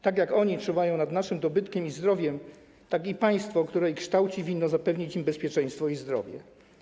Tak jak oni czuwają nad naszym dobytkiem i zdrowiem, tak i państwo, które ich kształci, winno zapewnić im bezpieczeństwo i zdrowie.